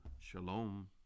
Shalom